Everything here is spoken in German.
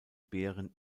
beeren